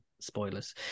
Spoilers